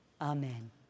Amen